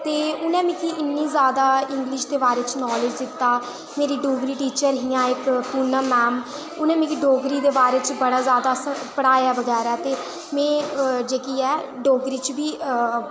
ते उ'नें मिगी इ'न्नी ज्यादा इंग्लिश दे बारै च नॉलेज़ दित्ता मेरी डोगरी टीचर हियां इक पूनम मैम उ'नें मिगी डोगरी दे बारै च बड़ा ज्यादा पढ़ाया बगैरा ते में जेह्की ऐ डोगरी च बी